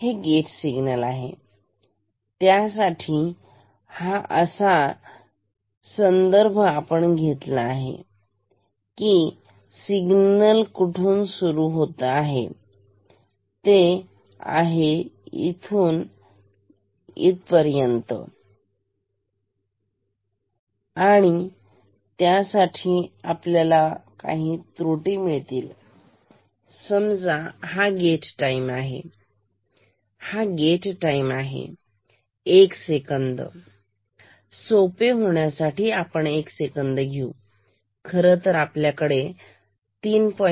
तर हे gate signal आहे त्यासाठी असा संदर्भ आपण घेतला आहे की सिग्नल कुठून सुरू होत आहे ते इथून आणि ते कशावर अवलंबून आहे आपल्याकडे चार किंवा तीन अशी मोजणी आहे त्यामुळे आपल्याला काही त्रुटी मिळतील समजा हा गेट टाईम आहे हा गेट टाईम आहे एक सेकंद सोपे होण्यासाठी आपण एक सेकंद घेऊ खरं तर आपल्याकडे 3